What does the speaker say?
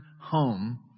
home